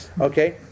okay